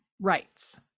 rights